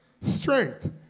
strength